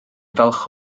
falch